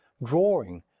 drawing,